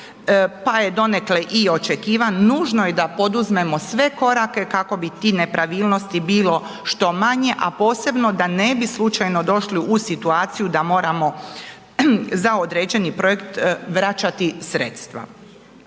pa je donekle i očekivan, nužno je da poduzmemo sve korake kako bi tih nepravilnosti bilo što manje, a posebno da ne bi slučajno došli u situaciju da moramo za određeni projekt vraćati sredstva.